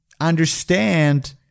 understand